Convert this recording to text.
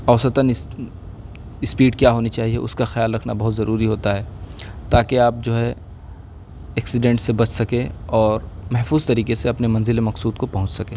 اوسطاً speed کیا ہونی چاہیے اس کا خیال رکھنا بہت ضروری ہوتا ہے تاکہ آپ جو ہے ایکسیڈنٹ سے بچ سکیں اور محفوظ طریقے سے اپنے منزل مقصود کو پہنچ سکیں